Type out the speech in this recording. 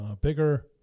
bigger